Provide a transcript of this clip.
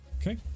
okay